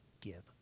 give